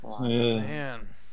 Man